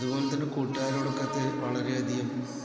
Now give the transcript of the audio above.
അതുപോലെ തന്നെ കൂട്ടുകാരോടൊക്കത്ത് വളരെയധികം